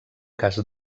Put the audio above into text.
cas